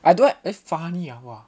I don't have uh funny ah !wah!